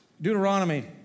Deuteronomy